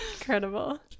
Incredible